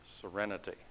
serenity